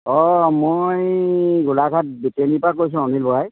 অঁ মই গোলাঘাট বেতিয়নীৰ পৰা কৈছোঁ অনিল বৰাই